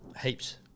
Heaps